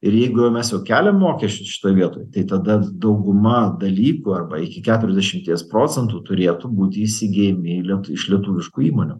ir jeigu jau mes jau keliam mokesčius šitoj vietoj tai tada dauguma dalykų arba iki keturiasdešimties procentų turėtų būti įsigyjami liet iš lietuviškų įmonių